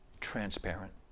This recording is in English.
transparent